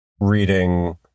reading